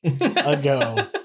ago